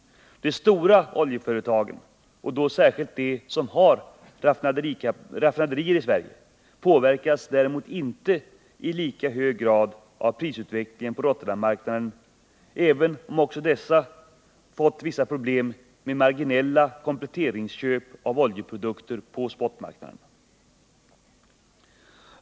De stora oljeföretagen, och då särskilt de som har raffinaderier i 191 att trygga tillgången på olja Sverige, påverkas däremot inte i lika hög grad av prisutvecklingen på Rotterdammarknaden, även om också dessa fått vissa problem med marginella kompletteringsköp av oljeprodukter på spotmarknaden.